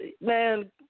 man